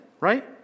Right